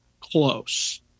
close